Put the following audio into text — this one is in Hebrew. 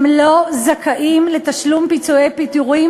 הם לא זכאים לתשלום פיצויי הפיטורים